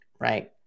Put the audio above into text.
right